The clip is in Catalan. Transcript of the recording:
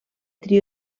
trio